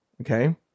Okay